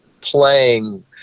playing